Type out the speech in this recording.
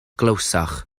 glywsoch